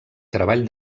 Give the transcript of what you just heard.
treball